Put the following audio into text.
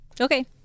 Okay